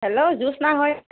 hello Jyotsna হয়নে